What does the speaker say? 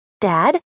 Dad